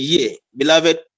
Beloved